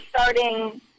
starting